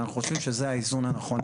אנחנו חושבים שזה האיזון הנכון.